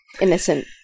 innocent